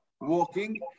walking